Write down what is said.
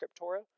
scriptura